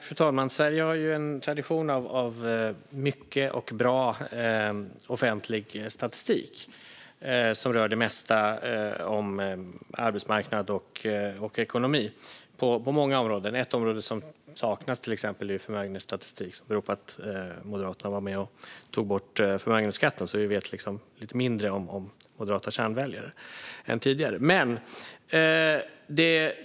Fru talman! Sverige har en tradition av mycket och bra offentlig statistik som rör det mesta i fråga om arbetsmarknad och ekonomi på många områden. Ett område som saknas är till exempel förmögenhetsstatistik. Det beror på att Moderaterna var med och tog bort förmögenhetsskatten. Därför vet vi lite mindre om moderata kärnväljare än tidigare.